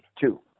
Two